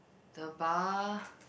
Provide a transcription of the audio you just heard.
the bar